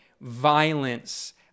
violence